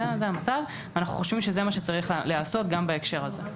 זה המצב ואנחנו חושבים שזה מה שצריך להיעשות גם בהקשר הזה.